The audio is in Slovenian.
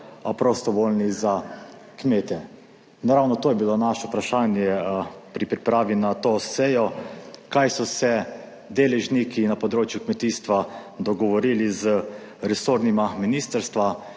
a prostovoljni za kmete. In ravno to je bilo naše vprašanje pri pripravi na to sejo, kaj so se deležniki na področju kmetijstva dogovorili z resornima ministrstvoma.